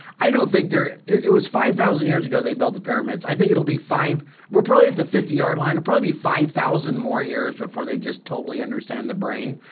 i don't think there it was five thousand years ago they built the pyramids i think it'll be five we're probably at the fifty yard line and probably five thousand more years before they just totally understand the brain.